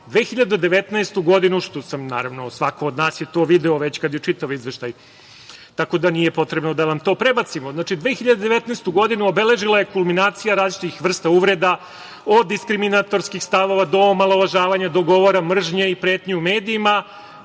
ste rekli, što sam, naravno, svako od nas je video kada je već čitao izveštaj, tako da nije potrebno da vam to prebacim. Znači: "Godinu 2019. obeležila je kulminacija različitih vrsta uvreda, od diskriminatorskih stavova, do omalovažavanja, do govora mržnje i pretnje medijima,